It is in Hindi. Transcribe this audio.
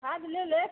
खाद ले ले